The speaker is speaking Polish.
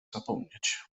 zapomnieć